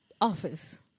office